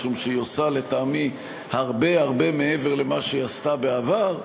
משום שהיא עושה לטעמי הרבה הרבה מעבר למה שהיא עשתה בעבר.